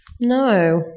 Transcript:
No